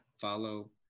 follow